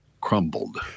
crumbled